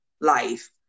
life